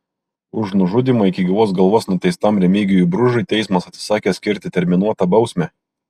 už nužudymą iki gyvos galvos nuteistam remigijui bružui teismas atsisakė skirti terminuotą bausmę